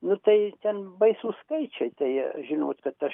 nu tai ten baisūs skaičiai tai žinot kad aš